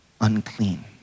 unclean